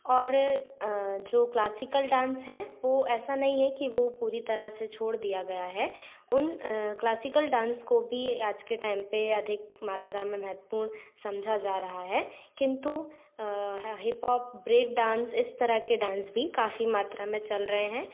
और जो classical dance हैं वो ऐसा नहीं है कि वो पूरी तरह से छोड़ दिया गया है उन क्लासिकल डांस को भी आज के टाइम पे अधिक मात्रा में महत्वपूर्ण समझा जा रहा है किन्तु हिपहॉप ब्रेक डांस इस तरह के डांस भी काफ़ी मात्रा में चल रहे हैं